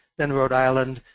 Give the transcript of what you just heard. then rhode island.